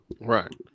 Right